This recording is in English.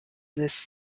this